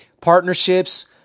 partnerships